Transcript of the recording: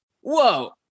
whoa